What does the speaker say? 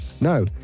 no